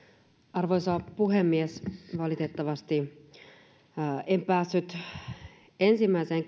arvoisa puhemies valitettavasti en päässyt kansalaisaloitteen ensimmäiseen